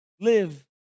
live